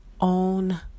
own